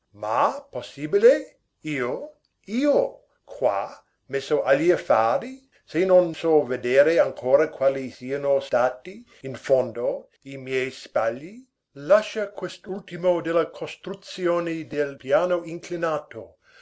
ma possibile io io qua messo a gli affari se non so vedere ancora quali siano stati in fondo i miei sbagli lascia quest'ultimo della costruzione del piano inclinato